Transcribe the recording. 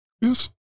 Yes